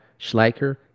Schleicher